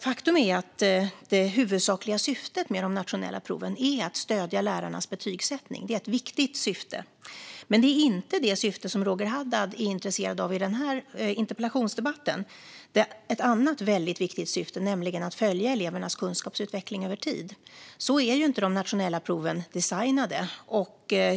Faktum är att det huvudsakliga syftet med de nationella proven är att stödja lärarnas betygsättning, och det är ett viktigt syfte. Det Roger Haddad är intresserad av i denna interpellationsdebatt är dock något annat, nämligen det viktiga i att följa elevernas kunskapsutveckling över tid. Men så är inte de nationella proven designade.